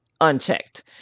unchecked